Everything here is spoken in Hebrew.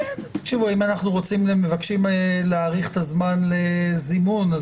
אם אנחנו מבקשים להאריך את הזמן לזימון,